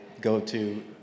go-to